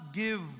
give